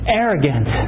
arrogant